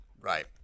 Right